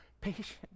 patient